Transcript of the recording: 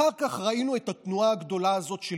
אחר כך ראינו את התנועה הגדולה הזאת של